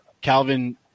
Calvin